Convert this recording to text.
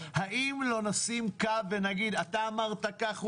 האם לא נשים קו ונגיד אתה אמרת כך,